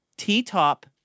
t-top